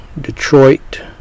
Detroit